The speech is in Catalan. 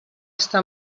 està